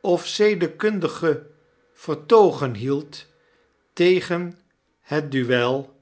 of ledekundige vertoogen hield tegen het duel